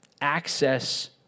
access